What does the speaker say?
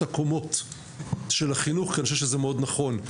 הקומות של החינוך כי אני חושב שזה מאוד נכון.